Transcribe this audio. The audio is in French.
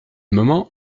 moments